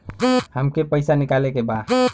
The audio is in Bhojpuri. हमके पैसा निकाले के बा